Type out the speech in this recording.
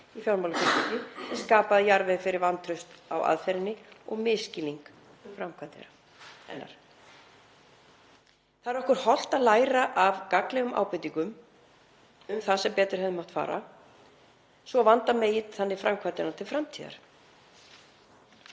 í fjármálafyrirtæki, sem skapaði jarðveg fyrir vantraust á aðferðinni og misskilning um framkvæmd hennar.“ Það er okkur hollt að læra af gagnlegum ábendingum um það sem betur hefði mátt fara svo vanda megi þannig framkvæmdina til framtíðar.